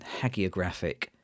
hagiographic